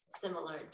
similar